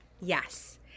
Yes